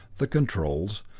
the controls,